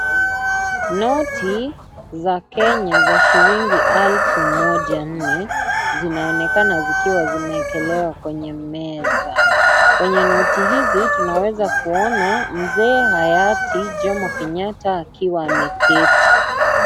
Noti za Kenya za shilling elfu moja nne, zinaonekana zikiwa zimeekelewa kwenye meza. Kwenye noti hizi, tunaweza kuona mzee hayati Jomo Kenyatta akiwa ameketi.